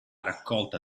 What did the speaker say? raccolta